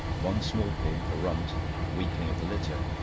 one small pig, the runt, the weakling of the litter,